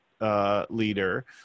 leader